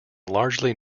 largely